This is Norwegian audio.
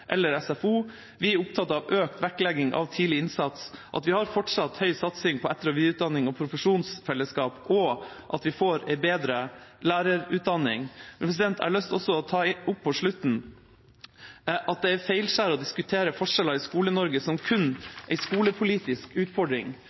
eller SFO. Vi er opptatt av økt vektlegging av tidlig innsats, at vi fortsatt har høy satsing på etter- og videreutdanning og profesjonsfellesskap, og at vi får en bedre lærerutdanning. Jeg har også til slutt lyst til å ta opp at det er et feilskjær å diskutere forskjeller i Skole-Norge som kun en skolepolitisk utfordring.